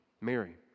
Mary